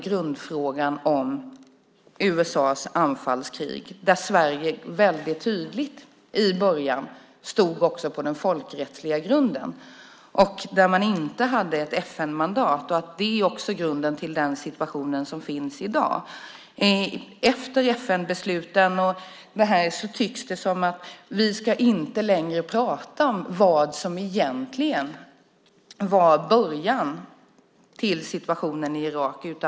Grundfrågan är USA:s anfallskrig. Sverige stod i början tydligt bakom den folkrättsliga grunden. Det fanns inte ett FN-mandat. Det är grunden till den situation som finns i dag. Efter FN-besluten tycks det som att vi inte längre ska prata om vad som egentligen var början till situationen i Irak.